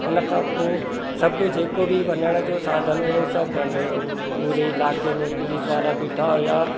उनखां पोइ सभु जेको बि वञण जो साधन हुयो सभु बंदि हुयो पूरे इलाइक़े में पुलिस वारा बीठा हुया